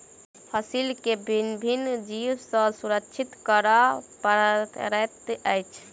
फसील के भिन्न भिन्न जीव सॅ सुरक्षित करअ पड़ैत अछि